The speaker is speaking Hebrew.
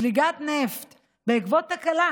זליגת נפט בעקבות תקלה